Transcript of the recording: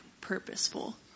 purposeful